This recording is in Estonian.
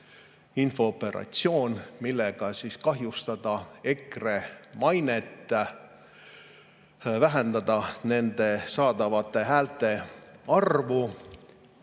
infooperatsioon, millega kahjustada EKRE mainet, vähendada nende saadavate häälte arvu.